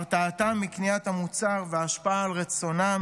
הרתעתם מקניית המוצר והשפעה על רצונם